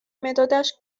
مدادش